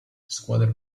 squadre